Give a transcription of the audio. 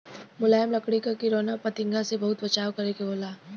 मुलायम लकड़ी क किरौना फतिंगा से बहुत बचावे के होला